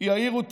יאירו תמיד,